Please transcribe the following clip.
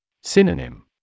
Synonym